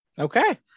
Okay